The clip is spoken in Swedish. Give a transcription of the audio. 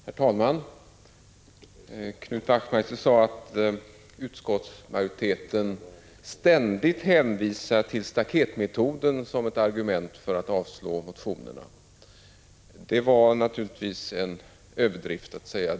Herr talman! Knut Wachtmeister sade att utskottsmajoriteten ständigt 2 april 1986 é hänvisar till staketmetoden som ett argument för att avslå motionerna. Det var naturligtvis en överdrift.